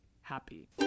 happy